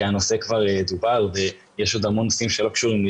הנושא כבר דובר ויש עוד המון נושאים שלא קשורים.